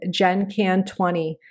GenCan20